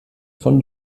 von